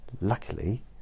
Luckily